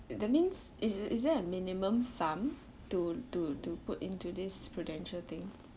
that means is is there a minimum sum to to to put into this prudential thing